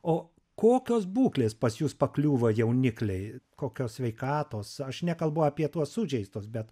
o kokios būklės pas jus pakliūva jaunikliai kokios sveikatos aš nekalbu apie tuos sužeistus bet